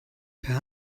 per